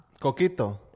Coquito